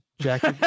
jackie